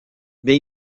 mais